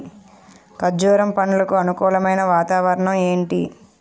కర్బుజ పండ్లకు అనుకూలమైన వాతావరణం ఏంటి?